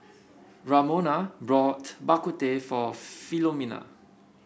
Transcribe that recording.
Ramona bought Bak Kut Teh for Philomena